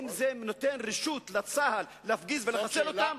האם זה נותן רשות לצה"ל להפגיז ולחסל אותם?